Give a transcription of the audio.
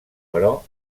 però